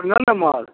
नओ नम्मर